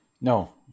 no